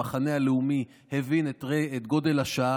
המחנה הלאומי הבין את גודל השעה,